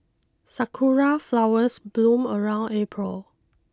sakura flowers bloom around April